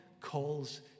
calls